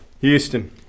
Houston